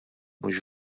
mhux